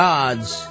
God's